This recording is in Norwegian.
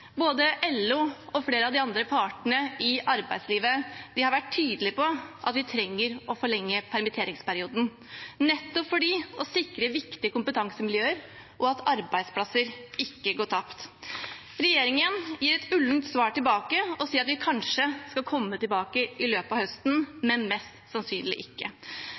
Både LO og flere av de andre partene i arbeidslivet har vært tydelige på at vi trenger å forlenge permisjonsperioden nettopp for å sikre viktige kompetansemiljøer og at arbeidsplasser ikke går tapt. Regjeringen gir et ullent svar tilbake og sier at de kanskje skal komme tilbake i løpet av høsten, men mest sannsynlig ikke.